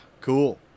Cool